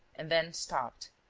and then stopped.